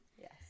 Yes